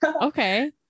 Okay